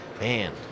man